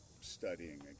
Studying